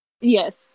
Yes